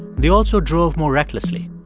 they also drove more recklessly.